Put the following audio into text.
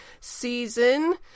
season